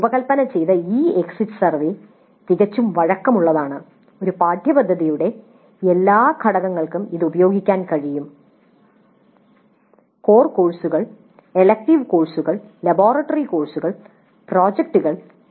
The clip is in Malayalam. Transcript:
ഞങ്ങൾ രൂപകൽപ്പന ചെയ്ത ഈ എക്സിറ്റ് സർവേ തികച്ചും വഴക്കമുള്ളതാണ് ഒരു പാഠ്യപദ്ധതിയുടെ എല്ലാ ഘടകങ്ങൾക്കും ഇത് ഉപയോഗിക്കാൻ കഴിയും കോർ കോഴ്സുകൾ എലക്ടീവ് കോഴ്സുകൾ ലബോറട്ടറി കോഴ്സുകൾ പ്രോജക്ടുകൾ